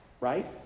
right